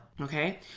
Okay